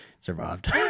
survived